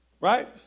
Right